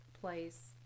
place